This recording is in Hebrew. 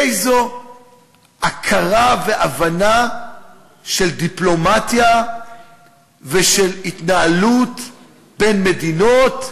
איזו הכרה והבנה של דיפלומטיה ושל התנהלות בין מדינות,